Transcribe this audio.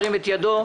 ירים את ידו.